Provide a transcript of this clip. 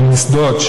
המוסדות,